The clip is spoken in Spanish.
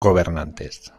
gobernantes